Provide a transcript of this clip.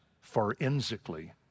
forensically